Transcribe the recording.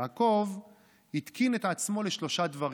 יעקב התקין את עצמו לשלושה דברים: